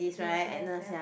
yes yes ya